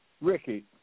Ricky